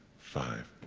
five,